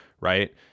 right